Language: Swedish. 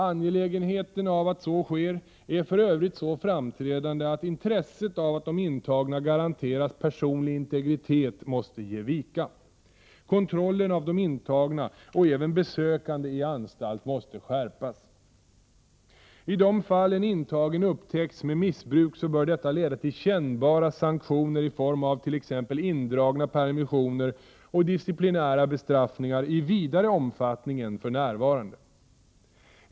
Angelägenheten av att så sker är för övrigt så framträdande att intresset av att de intagna garanteras personlig integritet måste ge vika. Kontrollen av de intagna och även besökande i anstalt måste skärpas. I de fall en intagen upptäcks med missbruk bör detta leda till kännbara sanktioner i form av t.ex. indragna permissioner och disciplinära bestraffningar i vidare omfattning än för närvarande.